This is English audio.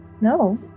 No